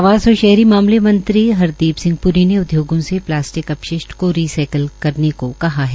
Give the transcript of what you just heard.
आवास और शहरी मामले मंत्री हरदीप सिंह प्री ने उद्योगों से प्लास्टिक अपशिष्ठ को री साईकल करने के निर्देश दिये है